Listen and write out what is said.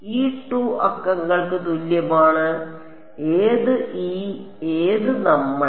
e 2 അക്കങ്ങൾക്ക് തുല്യമാണ് ഏത് e ഏത് നമ്മൾ